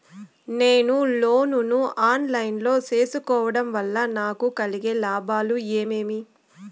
నేను లోను ను online లో సేసుకోవడం వల్ల నాకు కలిగే లాభాలు ఏమేమీ?